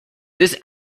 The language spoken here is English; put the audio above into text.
this